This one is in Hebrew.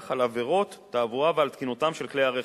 על עבירות תעבורה ועל תקינותם של כלי הרכב.